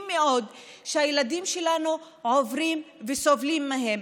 מאוד שהילדים שלנו עוברים וסובלים מהם.